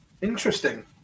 Interesting